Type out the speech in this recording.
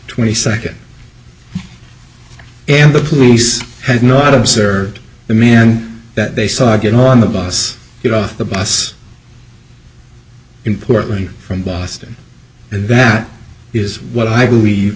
twenty second and the police had not observed the man that they saw get on the bus get off the bus in portland from boston that is what i believe